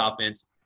offense